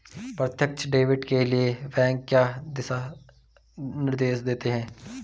प्रत्यक्ष डेबिट के लिए बैंक क्या दिशा निर्देश देते हैं?